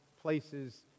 places